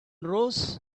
rose